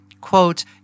Quote